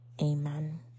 amen